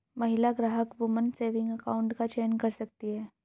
महिला ग्राहक woman saving account का चयन कर सकती है